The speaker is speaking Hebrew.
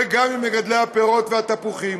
וגם עם מגדלי הפירות והתפוחים,